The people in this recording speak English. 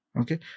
okay